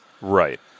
right